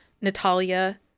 Natalia